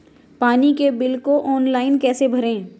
पानी के बिल को ऑनलाइन कैसे भरें?